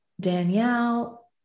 Danielle